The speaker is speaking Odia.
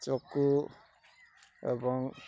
ଚକୁ ଏବଂ